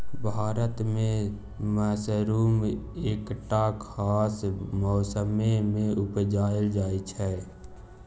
भारत मे मसरुम एकटा खास मौसमे मे उपजाएल जाइ छै